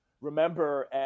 remember